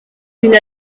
une